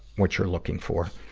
what you're looking for.